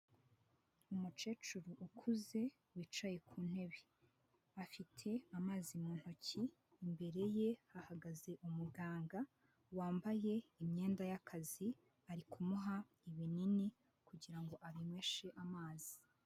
Umucecuru ukuze wicaye ku ntebe afite amazi mu ntoki, imbere ye hagaze umuganga wambaye imyenda y'akazi ari kumuha ibinini kugira ngo abinyweshe amazi.